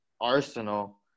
Arsenal